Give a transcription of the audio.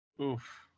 oof